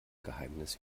geheimnis